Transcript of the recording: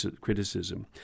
criticism